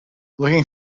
looking